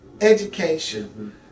education